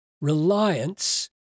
reliance